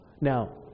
now